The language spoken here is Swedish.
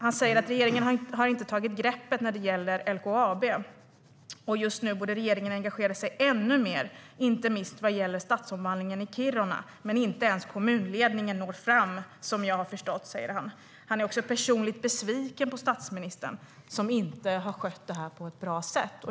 Han säger: "Regeringen har inte tagit greppet när det gäller LKAB. - Just nu borde regeringen engagera sig ännu mer, inte minst vad gäller stadsomvandlingen i Kiruna. Men inte ens kommunledningen når fram, som jag har förstått det." Han är också personligen besviken på statsministern, som inte har skött detta på ett bra sätt.